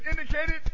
indicated